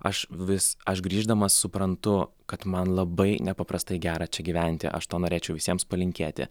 aš vis aš grįždamas suprantu kad man labai nepaprastai gera čia gyventi aš to norėčiau visiems palinkėti